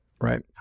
Right